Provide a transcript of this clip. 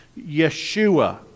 Yeshua